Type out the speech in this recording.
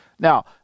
Now